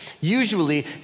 Usually